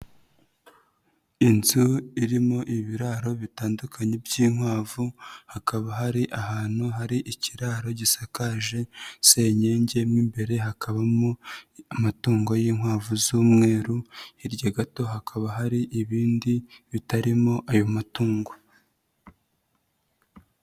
Inzu irimo ibiraro bitandukanye by'inkwavu, hakaba hari ahantu hari ikiraro gisakaje senyenge, mo imbere hakabamo amatungo y'inkwavu z'umweru, hirya gato hakaba hari ibindi bitarimo ayo matungo.